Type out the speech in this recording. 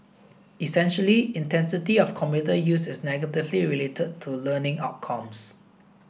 essentially intensity of computer use is negatively related to learning outcomes